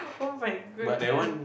oh-my-goodness